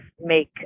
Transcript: make